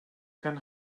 can